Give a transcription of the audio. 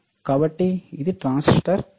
కాబట్టి ఇది transistor package